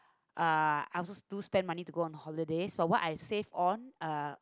uh I also too spend money to go on holidays but what I saved on uh